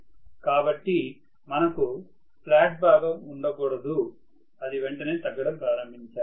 కాబట్టి మనకు ఫ్లాట్ భాగం ఉండకూడదు అది వెంటనే తగ్గడం ప్రారంభించాలి